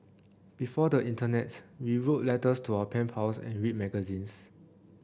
before the internet we wrote letters to our pen pals and read magazines